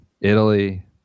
Italy